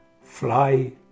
fly